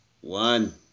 One